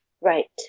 Right